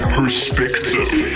Perspective